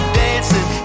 dancing